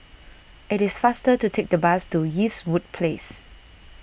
it is faster to take the bus to Eastwood Place